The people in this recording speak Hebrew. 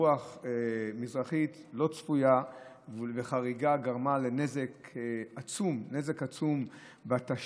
רוח מזרחית לא צפויה וחריגה גרמה לנזק עצום בתשתיות,